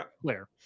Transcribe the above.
clear